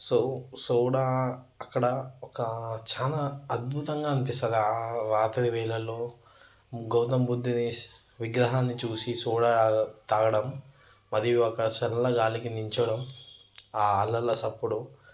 so soda అక్కడ ఒక చానా అద్భుతంగా అనిపిస్తుంది రాత్రి వేళల్లో గౌతమ్ బుద్ధుని విగ్రహాన్ని చూసి సోడా తాగడం మరియు అక్కడ చల్ల గాలికి నిల్చోడం ఆ అలల చప్పుడు